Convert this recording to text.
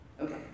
Okay